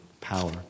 power